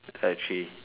err three